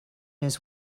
his